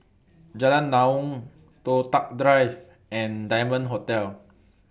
Jalan Naung Toh Tuck Drive and Diamond Hotel